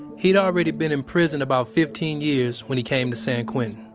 he'd already been in prison about fifteen years when he came to san quentin